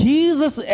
Jesus